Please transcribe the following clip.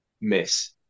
miss